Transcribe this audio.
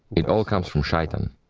it all comes from shaitan.